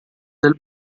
del